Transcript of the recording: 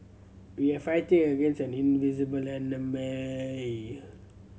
we are fighting against an invisible enemy